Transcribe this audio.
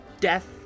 Death